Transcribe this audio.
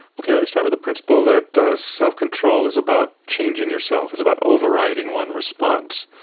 okay, i'll start with the principle that self-control is about changing yourself, it's about overriding one response.